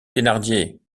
thénardier